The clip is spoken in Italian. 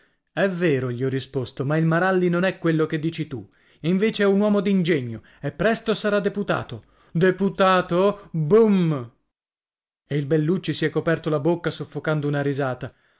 è vero gli ho risposto ma il maralli non è quello che dici tu invece è un uomo d'ingegno e presto sarà deputato deputato bum e il bellucci si è coperto la bocca soffocando una risata